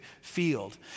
field